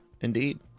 indeed